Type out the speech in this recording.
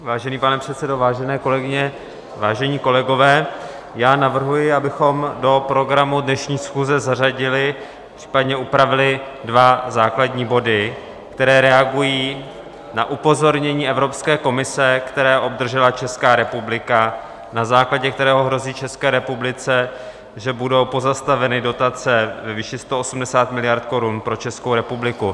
Vážený pane předsedo, vážené kolegyně, vážení kolegové, navrhuji, abychom do programu dnešní schůze zařadili, případně upravili dva základní body, které reagují na upozornění Evropské komise, které obdržela Česká republika, na základě kterého hrozí České republice, že budou pozastaveny dotace ve výši 180 miliard korun pro Českou republiku.